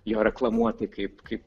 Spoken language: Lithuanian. jo reklamuoti kaip kaip